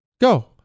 go